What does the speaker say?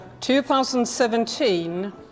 2017